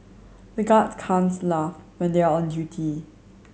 the guards can't laugh when they are on duty